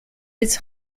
its